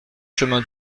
chemin